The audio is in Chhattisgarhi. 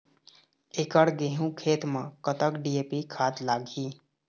एकड़ गेहूं खेत म कतक डी.ए.पी खाद लाग ही?